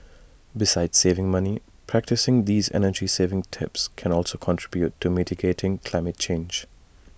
besides saving money practising these energy saving tips can also contribute towards mitigating climate change